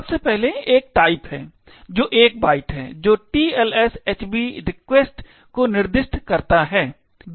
सबसे पहले एक टाइप है जो 1 बाइट है जो TLS HB REQURST को निर्दिष्ट करता है